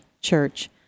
church